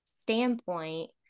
standpoint